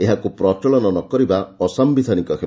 ଏହାକୁ ପ୍ରଚଳନ ନ କରିବା ଅସାୟିଧାନିକ ହେବ